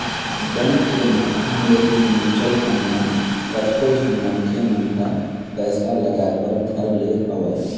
bank के माधियम ले ही म्यूचुवल फंड म कतको झन मनखे मन ह पइसा लगाय बर धर ले हवय